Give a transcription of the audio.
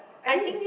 I mean